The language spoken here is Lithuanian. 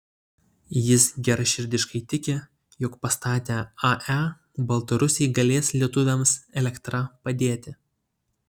jis geraširdiškai tiki jog pastatę ae baltarusiai galės lietuviams elektra padėti